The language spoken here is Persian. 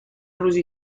روزیه